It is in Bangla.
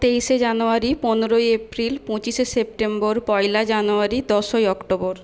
তেইশে জানুয়ারি পনেরোই এপ্রিল পঁচিশে সেপ্টেম্বর পয়লা জানুয়ারি দশই অক্টোবর